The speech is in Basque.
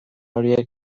horiek